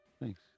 Thanks